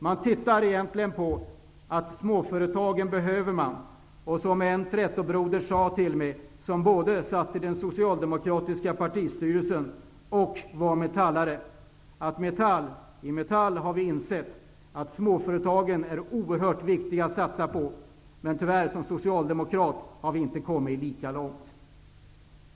Man vet att småföretagen behövs. En trätobroder, som både satt i den socialdemokratiska partistyrelsen och var Metallare, sade till mig: I Metall har vi insett att småföretagen är oerhört viktiga att satsa på. Men som socialdemokrater har vi tyvärr inte kommit lika långt.